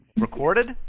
Recorded